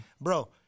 Bro